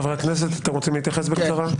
חברי הכנסת אתם רוצים להתייחס בקצרה?